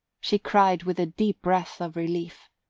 she cried with a deep breath of relief.